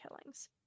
killings